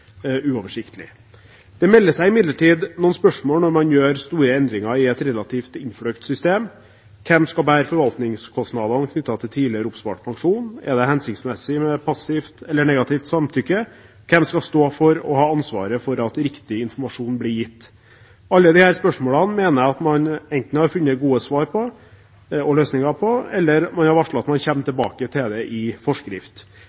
uoversiktlig. Det melder seg imidlertid noen spørsmål når man gjør store endringer i et relativt innfløkt system. Hvem skal bære forvaltningskostnadene knyttet til tidligere oppspart pensjon? Er det hensiktsmessig med passivt eller negativt samtykke? Hvem skal stå for og ha ansvaret for at riktig informasjon blir gitt? Alle disse spørsmålene mener jeg at man enten har funnet gode svar og løsninger på, eller man har varslet at man kommer tilbake til det i forskrift.